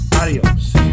adios